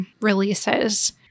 releases